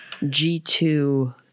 G2